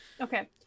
Okay